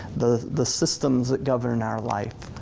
the the systems that govern our life.